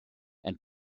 and